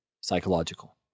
psychological